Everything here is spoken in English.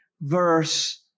verse